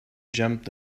jumped